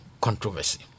controversy